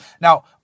Now